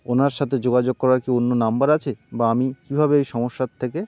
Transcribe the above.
ওনার সাথে যোগাযোগ করার কি অন্য নাম্বার আছে বা আমি কীভাবে এই সমস্যার থেকে